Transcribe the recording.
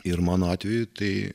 ir mano atveju tai